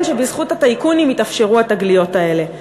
שבזכות הטייקונים התאפשרו התגליות האלה.